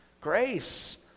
Grace